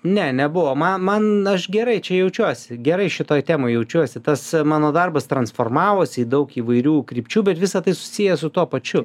ne nebuvo man aš gerai čia jaučiuosi gerai šitoj temoj jaučiuosi tas mano darbas transformavosi į daug įvairių krypčių bet visa tai susiję su tuo pačiu